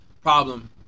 problem